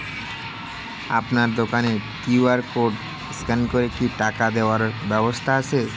আপনার দোকানে QR code scan করে কি টাকা দেওয়ার ব্যবস্থা আছে?